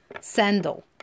sandal